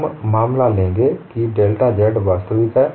हम मामला लेंगे कि डेल्टा z वास्तविक है